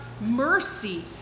mercy